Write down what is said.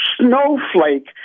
snowflake